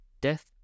Death